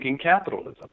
capitalism